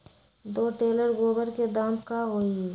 दो टेलर गोबर के दाम का होई?